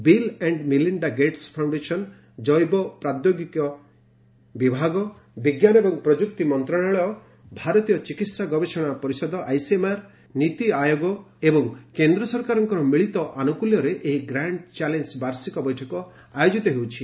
bill and Melinda Gates Foundation ଜୈବ ପ୍ରାଦୌଗିକୀ ବିଭାଗ ବିଜ୍ଞାନ ଏବଂ ପ୍ରଯୁକ୍ତି ମନ୍ତ୍ରଶାଳୟ ଭାରତୀୟ ଚିକିତ୍ସା ଗବେଷଣା ପରିଷଦଆଇସିଏମଆର ନୀତି ଆୟୋଗ ଓ କେନ୍ଦ୍ର ସରକାରଙ୍କ ମିଳିତ ଆନୁକୂଲ୍ୟରେ ଏହି ଗ୍ରାଣ୍ଡ ଚ୍ୟାଲେଞ୍ଜ ବାର୍ଷିକ ବୈଠକ ଆୟୋକିତ ହେଉଛି